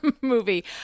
movie